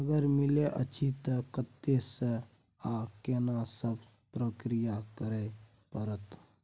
अगर मिलय अछि त कत्ते स आ केना सब प्रक्रिया करय परत?